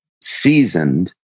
seasoned